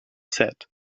said